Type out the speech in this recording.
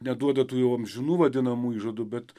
neduoda tų jau amžinų vadinamų įžadų bet